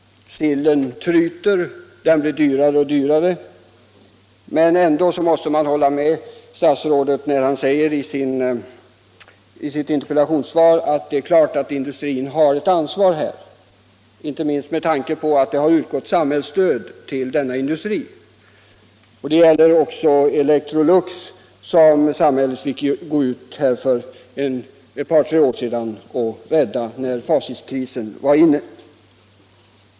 Sillen tryter, den blir allt dyrare. Men ändå måste man hålla med statsrådet när han i sitt svar säger att företagen givetvis har ett ansvar när det gäller att skaffa fram ersättningsindustri, inte minst med tanke på att statligt stöd har utgått till konservindustrin. Det gäller också Electrolux, som samhället för ett par år sedan under Facitkrisen fick rädda.